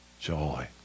Joy